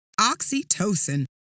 Oxytocin